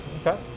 okay